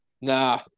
Nah